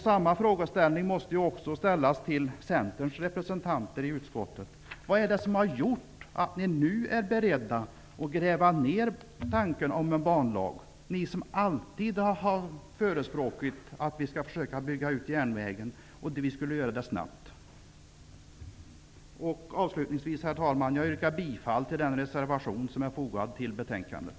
Samma fråga måste också ställas till Centerns representanter i utskottet: Vad är det som har gjort att ni, som alltid har förespråkat en snabb utbyggnad av järnvägen, nu är beredda att gräva ned tanken på en banlag? Avslutningsvis, herr talman, yrkar jag bifall till den reservation som är fogad till betänkandet.